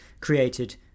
created